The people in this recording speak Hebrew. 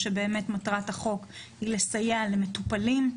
שבאמת מטרת החוק היא לסייע למטופלים,